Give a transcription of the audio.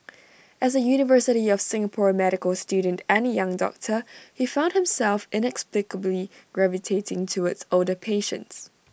as A university of Singapore medical student and young doctor he found himself inexplicably gravitating towards older patients